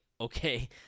okay